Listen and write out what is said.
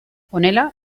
honela